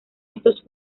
estos